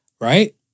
Right